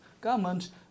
government